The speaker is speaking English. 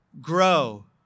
grow